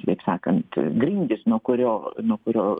kitaip sakant grindys nuo kurio nuo kurio